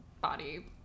body